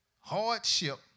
hardship